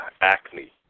acne